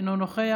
אינו נוכח,